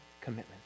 commitment